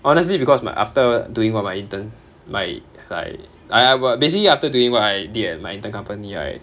honestly because my after doing what my intern my like I wa~ basically after doing what I did at my intern company right